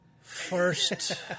First